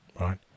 right